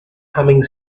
humming